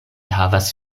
havas